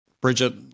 Bridget